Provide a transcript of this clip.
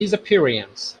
disappearance